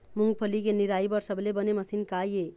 मूंगफली के निराई बर सबले बने मशीन का ये?